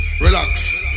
Relax